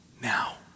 now